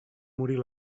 morir